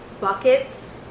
buckets